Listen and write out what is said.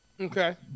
Okay